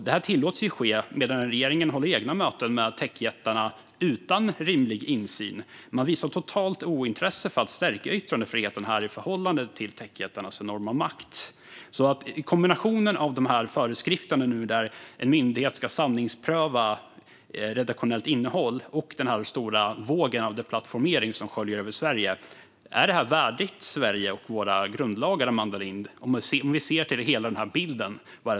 Det här tillåts ske medan regeringen håller egna möten med techjättarna utan rimlig insyn. Man visar ett totalt ointresse för att stärka yttrandefriheten här i förhållande till techjättarnas enorma makt. Är kombinationen av föreskrifterna, som innebär att en myndighet ska sanningspröva redaktionellt innehåll, och den stora vågen av deplattformering som sköljer över Sverige värdigt Sverige och våra grundlagar, Amanda Lind?